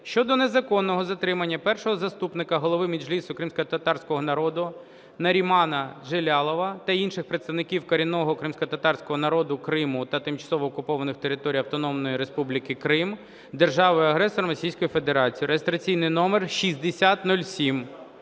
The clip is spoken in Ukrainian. щодо незаконного затримання першого заступника голови Меджлісу кримськотатарського народу Нарімана Джелялова та інших представників корінного кримськотатарського народу Криму на тимчасово окупованій території Автономної Республіки Крим державою-агресором Російською Федерацією (реєстраційний номер 6007).